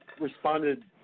responded